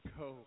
go